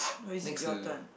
next